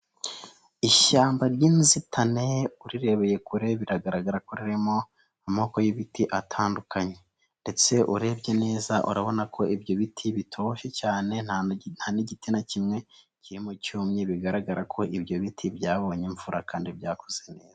Ishyamba ry'inzitane urirebeye kure biragaragara ko ririmo amoko y'ibiti atandukanye. Ndetse urebye neza urabona ko ibyo biti bitoshye cyane nta n'igiti na kimwe kirimo cyumye bigaragara ko ibyo biti byabonye imvura kandi byakuze neza.